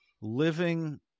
living